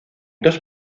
dos